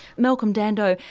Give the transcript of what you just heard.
malcolm dando,